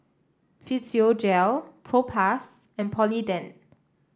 Physiogel Propass and Polident